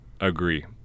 agree